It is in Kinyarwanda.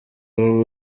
wowe